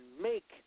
make